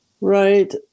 Right